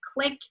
click